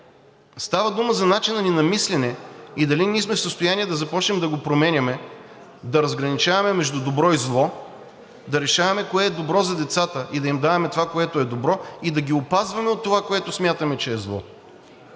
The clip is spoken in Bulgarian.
Става дума за начина ни на мислене и дали ние сме в състояние да започнем да го променяме, да разграничаваме между добро и зло, да решаваме кое е добро за децата и да им даваме това, което е добро, и да ги опазваме от това, което смятаме, че е зло,